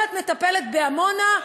אם את מטפלת בעמונה,